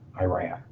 Iran